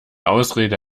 ausrede